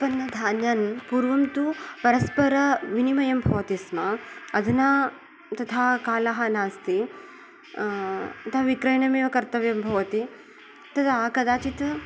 उत्पन्नधान्यं पूर्वं तु परस्पर विनिमयं भवति स्म अधुना तथा काल नास्ति अत विक्रयणमेव कर्यव्यं भवति तदा कदाचित्